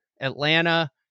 Atlanta